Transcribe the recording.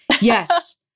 Yes